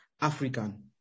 African